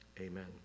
Amen